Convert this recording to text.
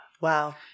Wow